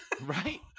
Right